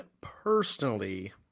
personally